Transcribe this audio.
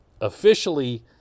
Officially